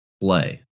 play